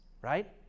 right